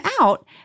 out